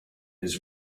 his